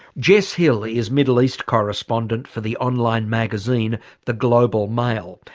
jess hill is middle east correspondent for the online magazine the global mail,